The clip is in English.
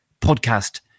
podcast